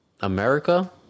America